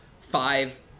five